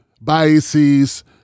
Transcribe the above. biases